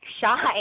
shy